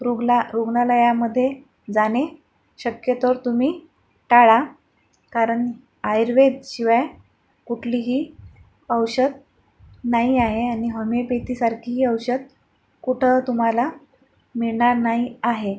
रुग्ला रुग्णालयामध्ये जाणे शक्यतोवर तुम्ही टाळा कारण आयुर्वेदाशिवाय कुठलीही औषध नाही आहे आणि होमिओपॅथीसारखी औषध कुठं तुम्हाला मिळणार नाही आहे